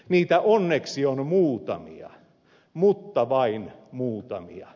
niitä onneksi on muutamia mutta vain muutamia